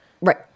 Right